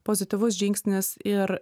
pozityvus žingsnis ir